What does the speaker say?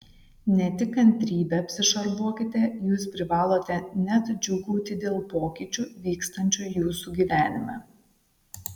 ne tik kantrybe apsišarvuokite jūs privalote net džiūgauti dėl pokyčių vykstančių jūsų gyvenime